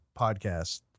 podcast